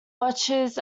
watches